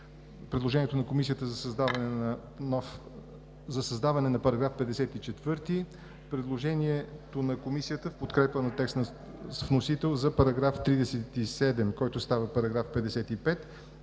предложението на Комисията за създаване на § 54; предложението на Комисията в подкрепа текста на вносител за § 37, който става § 55,